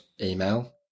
email